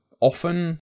often